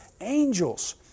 angels